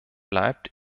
bleibt